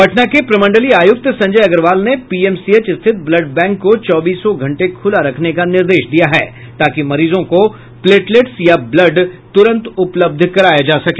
पटना के प्रमंडलीय आयुक्त संजय अग्रवाल ने पीएमसीएच स्थित ब्लड बैंक को चौबीसों घंटे खुला रखने का निर्देश दिया है ताकि मरीजों को प्लेटलेट्स या ब्लड तुरंत उपलब्ध कराया जा सके